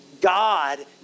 God